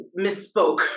misspoke